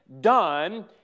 done